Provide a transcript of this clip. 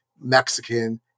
Mexican